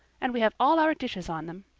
and we have all our dishes on them.